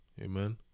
Amen